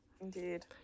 Indeed